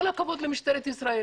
כל הכבוד למשטרת ישראל.